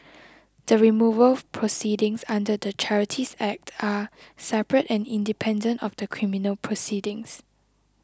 the removal proceedings under the Charities Act are separate and independent of the criminal proceedings